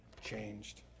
changed